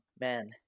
man